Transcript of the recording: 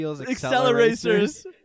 accelerators